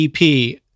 EP